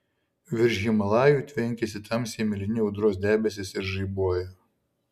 virš himalajų tvenkiasi tamsiai mėlyni audros debesys ir žaibuoja